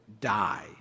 die